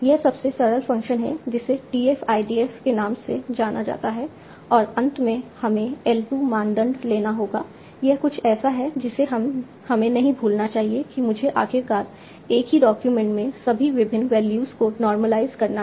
यह सबसे सरल फ़ंक्शन है जिसे TF IDF के नाम से जाना जाता है और अंत में हमें L 2 मानदंड लेना होगा यह कुछ ऐसा है जिसे हमें नहीं भूलना चाहिए कि मुझे आखिरकार एक ही डॉक्यूमेंट में सभी विभिन्न वैल्यूज को नॉर्मलाइज करना है